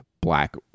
black